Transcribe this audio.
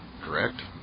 correct